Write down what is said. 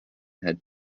had